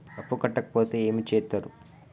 అప్పు కట్టకపోతే ఏమి చేత్తరు?